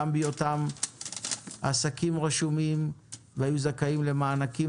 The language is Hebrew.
גם בהיותם עסקים רשומים שהיו זכאים למענקים